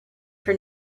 for